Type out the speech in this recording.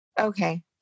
Okay